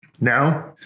Now